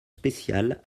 spéciale